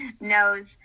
knows